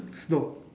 stop